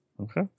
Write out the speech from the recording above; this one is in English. Okay